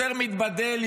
יותר מתבדל,